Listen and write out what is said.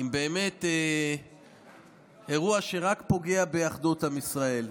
עם אירוע שבאמת רק פוגע באחדות עם ישראל.